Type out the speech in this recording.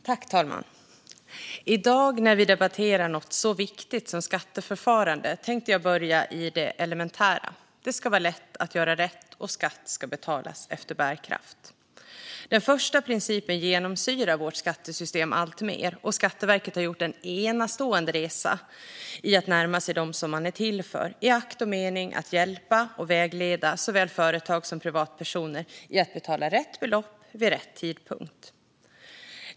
Herr talman! I dag när vi debatterar något så viktigt som skatteförfarande tänkte jag börja i det elementära: Det ska vara lätt att göra rätt, och skatt ska betalas efter bärkraft. Den första principen genomsyrar vårt skattesystem alltmer. Skatteverket har gjort en enastående resa i att närma sig dem man är till för i akt och mening att hjälpa och vägleda såväl företag som privatpersoner i att betala rätt belopp vid rätt tidpunkt.